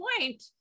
point